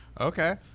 Okay